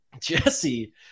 jesse